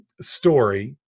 story